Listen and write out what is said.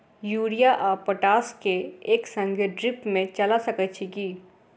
Urea आ potash केँ एक संगे ड्रिप मे चला सकैत छी की?